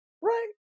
Right